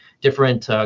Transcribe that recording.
different